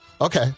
okay